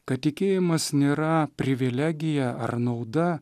kad tikėjimas nėra privilegija ar nauda